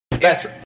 Yes